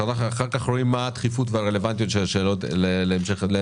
אחר כך רואים מה הדחיפות והרלוונטיות של השאלות לעצם הדיון.